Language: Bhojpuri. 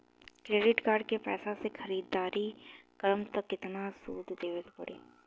क्रेडिट कार्ड के पैसा से ख़रीदारी करम त केतना सूद देवे के पड़ी?